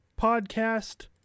Podcast